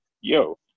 yo